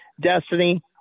destiny